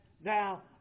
thou